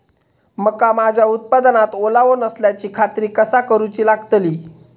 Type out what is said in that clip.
मका माझ्या उत्पादनात ओलावो नसल्याची खात्री कसा करुची लागतली?